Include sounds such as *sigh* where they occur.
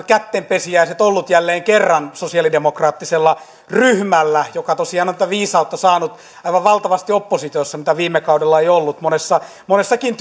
*unintelligible* kättenpesijäiset olleet jälleen kerran sosialidemokraattisella ryhmällä joka tosiaan on tätä viisautta saanut aivan valtavasti oppositiossa mitä viime kaudella ei ollut monessakaan *unintelligible*